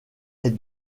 est